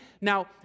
now